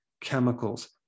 chemicals